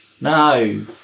No